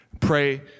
pray